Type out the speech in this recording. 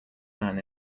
man